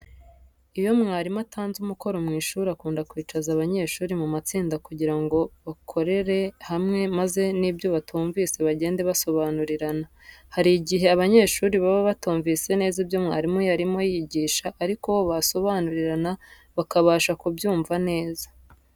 Iyo mwarimu atanze umukoro mu ishuri akunda kwicaza banyeshuri mu matsinda kugira ngo bakorere hamwe maze n'ibyo batumvise bagende basobanurirana. Hari igihe abanyeshuri baba batumvise neza ibyo mwarimu yarimo yigisha ariko bo basobanurirana bakabasha kubyumva neza.